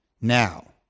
now